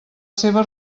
seva